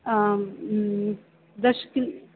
आम् दश किलो